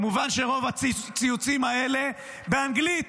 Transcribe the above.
כמובן שרוב הציוצים האלה באנגלית,